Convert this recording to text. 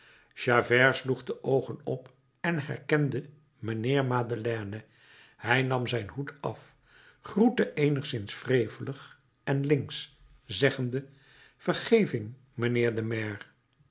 sloeg de oogen op en herkende mijnheer madeleine hij nam zijn hoed af groette eenigszins wrevelig en links zeggende vergeving mijnheer de maire